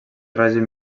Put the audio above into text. règim